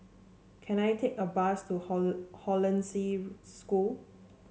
can I take a bus to Hollandse School